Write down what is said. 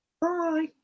Bye